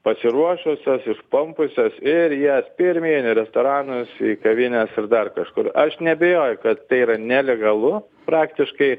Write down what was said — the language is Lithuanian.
pasiruošusios išpampusios ir jie pirmyn restoranus kavines ir dar kažkur aš neabejoju kad tai yra nelegalu praktiškai